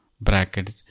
bracket